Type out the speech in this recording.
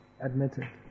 admitted